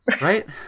right